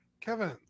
Kevin